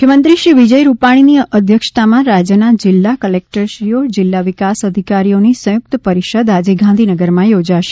મુખ્યમંત્રી શ્રી વિજયભાઈ રૂપાણીની અધ્યક્ષતામાં રાજ્યના જિલ્લા ક્લેક્ટરશ્રીઓ જિલ્લા વિકાસ અધિકારીઓની સંયુક્ત પરિષદ આજે ગાંધીનગરમાં યોજાશે